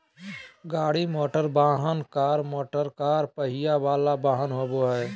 गाड़ी मोटरवाहन, car motorcar पहिया वला वाहन होबो हइ